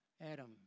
Adam